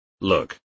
Look